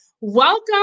Welcome